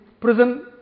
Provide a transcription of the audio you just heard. prison